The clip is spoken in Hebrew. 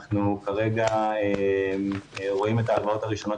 כרגע אנחנו רואים את הלוואות הראשונות